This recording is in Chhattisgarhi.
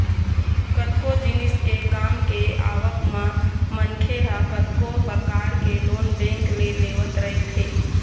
कतको जिनिस के काम के आवक म मनखे ह कतको परकार के लोन बेंक ले लेवत रहिथे